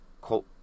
quote